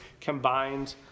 combined